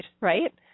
right